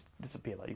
disappear